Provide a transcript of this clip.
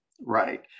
Right